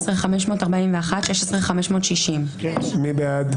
16,281 עד 16,300. מי בעד?